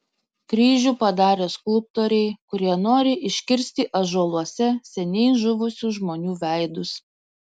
kryžių padarė skulptoriai kurie nori iškirsti ąžuoluose seniai žuvusių žmonių veidus